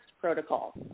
protocol